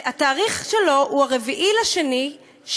התאריך שלו הוא 4 בפברואר 2016,